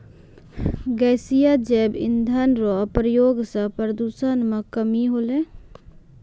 गैसीय जैव इंधन रो प्रयोग से प्रदूषण मे कमी होलै